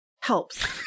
helps